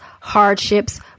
hardships